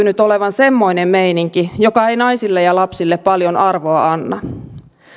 nyt olevan semmoinen meininki joka ei naisille ja lapsille paljon arvoa anna